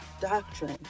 doctrine